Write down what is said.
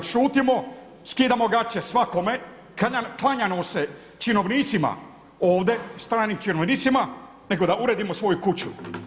Šutimo, skidamo gaće svakome, klanjamo se činovnicima ovdje, stranim činovnicima nego da uredimo svoju kuću.